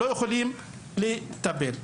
אז בוודאי שגם לא יכולים לטפל בה.